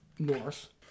North